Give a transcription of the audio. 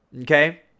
Okay